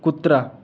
कुत्रा